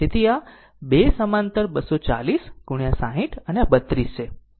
તેથી આ 2 સમાંતર 240 ગુણ્યા 60 અને આ 32 છે